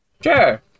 Sure